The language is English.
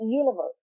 universe